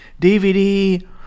DVD